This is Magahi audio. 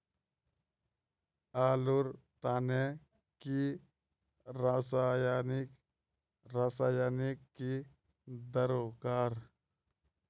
आलूर तने की रासायनिक रासायनिक की दरकार?